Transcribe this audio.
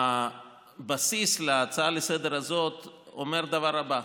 הבסיס להצעה לסדר-היום הזו אומר את הדבר הבא: